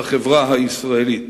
בחברה הישראלית.